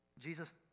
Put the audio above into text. Jesus